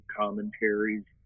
commentaries